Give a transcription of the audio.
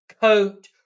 coat